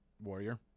Warrior